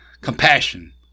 Compassion